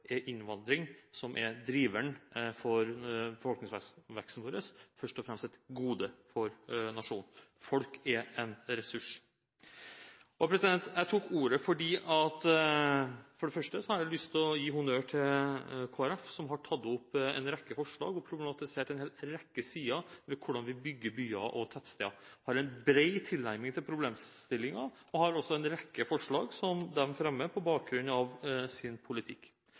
er innvandring, som er driveren for befolkningsveksten vår, først og fremst et gode for nasjonen. Folk er en ressurs. Jeg tok ordet fordi jeg for det første har lyst til å gi honnør til Kristelig Folkeparti, som har tatt opp en rekke forslag og problematisert en hel rekke sider ved hvordan vi bygger byer og tettsteder. De har en bred tilnærming til problemstillingen og har altså en rekke forslag som de fremmer på bakgrunn av sin politikk.